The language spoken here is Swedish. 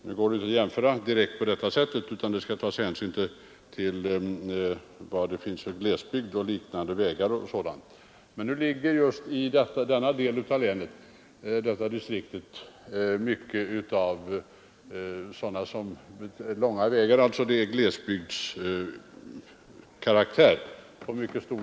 Nu går det inte att göra en sådan direkt jämförelse, utan hänsyn måste tas till glesbygd, vägar och liknande. Men en mycket stor del av detta distrikt har glesbygdskaraktär.